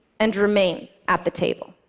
and remain, at the table.